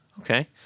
Okay